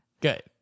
good